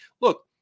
look